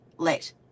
Let